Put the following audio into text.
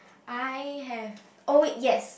I have oh wait yes